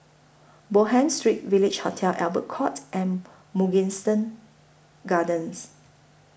Bonham Street Village Hotel Albert Court and Mugliston Gardens